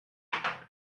ago